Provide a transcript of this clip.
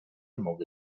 mogę